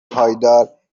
پایدار